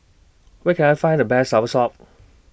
Where Can I Find The Best Soursop